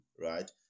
right